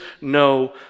no